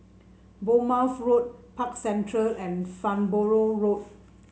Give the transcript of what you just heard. Bournemouth Road Park Central and Farnborough Road